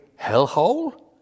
hellhole